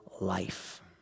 life